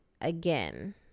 again